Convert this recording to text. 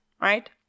right